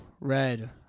Red